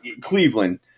Cleveland